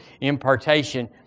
impartation